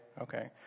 Okay